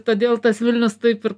todėl tas vilnius taip ir